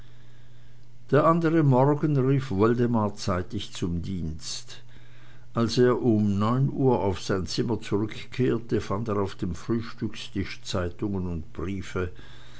der andre morgen rief woldemar zeitig zum dienst als er um neun uhr auf sein zimmer zurückkehrte fand er auf dem frühstückstisch zeitungen und briefe